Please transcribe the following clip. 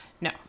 no